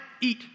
eat